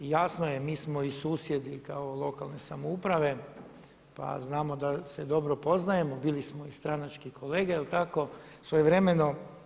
I jasno je mi smo i susjedi kao lokalne samouprave, pa znamo da se dobro poznajemo, bili smo i stranački kolege, je li tako, svojevremeno?